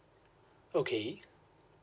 okay